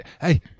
Hey